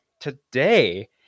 today